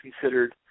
considered